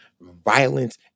violence